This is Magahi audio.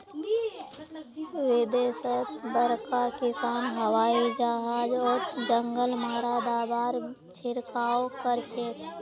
विदेशत बड़का किसान हवाई जहाजओत जंगल मारा दाबार छिड़काव करछेक